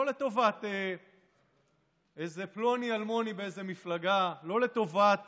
לא לטובת איזה פלוני-אלמוני באיזו מפלגה, לא לטובת